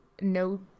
no